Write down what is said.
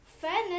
Fairness